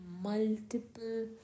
multiple